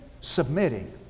submitting